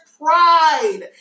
pride